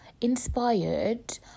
inspired